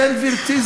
גברתי,